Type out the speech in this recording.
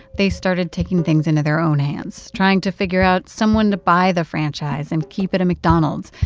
they started taking things into their own hands, trying to figure out someone to buy the franchise and keep it a mcdonald's,